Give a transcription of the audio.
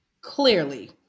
clearly